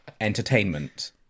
entertainment